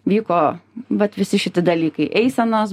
vyko vat visi šiti dalykai eisenos